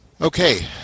Okay